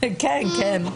חד-משמעית,